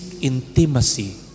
intimacy